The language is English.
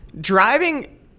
Driving